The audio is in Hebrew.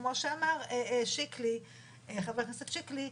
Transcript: כמו שאמר חבר הכנסת שיקלי,